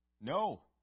no